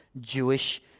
Jewish